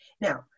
Now